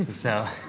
so,